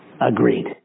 Agreed